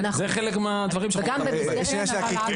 זה חלק מהדברים שאיתם אנחנו מתמודדים.